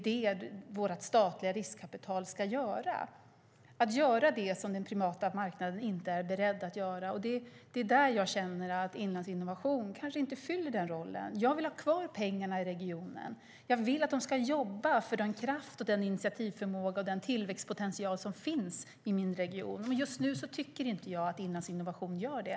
Det statliga riskkapitalet ska göra det som den privata marknaden inte är beredd att göra. Jag känner att Inlandsinnovation inte fyller den rollen. Jag vill ha kvar pengarna i regionen. Jag vill att Inlandsinnovation ska jobba för den kraft, initiativförmåga och tillväxtpotential som finns i min hemregion. Just nu gör inte Inlandsinnovation det.